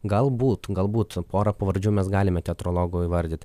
galbūt galbūt porą pavardžių mes galime teatrologų įvardyt